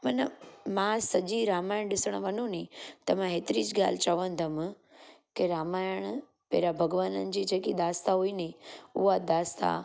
मन मां सॼी रामायण ॾिसणु वञूं नी त मां हेतिरी जि ॻाल्हि चवंदमि के रामायण पहिरियां भॻवाननि जी जेकी दास्तां हुई नी उहा दास्तां हींअर